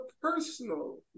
personal